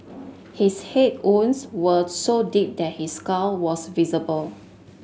his head wounds were so deep that his skull was visible